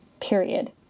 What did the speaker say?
period